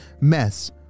mess